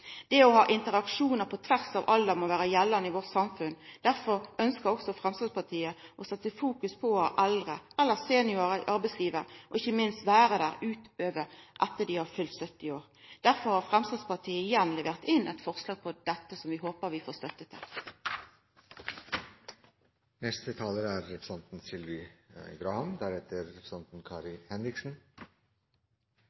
dette. Det å ha interaksjonar på tvers av alder må gjelda i vårt samfunn. Derfor ønskjer også Framstegspartiet å fokusera på å ha eldre eller seniorar i arbeidslivet – ikkje minst etter at dei har fylt 70 år. Derfor har Framstegspartiet igjen levert inn eit forslag om dette som vi håpar vi får støtte